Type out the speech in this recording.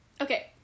Okay